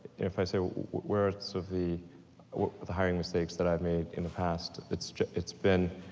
if i say where it's of the of the hiring mistakes that i've made in the past, it's it's been